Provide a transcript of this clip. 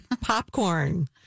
Popcorn